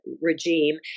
regime